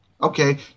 Okay